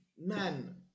man